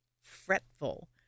fretful